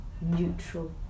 neutral